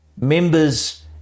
members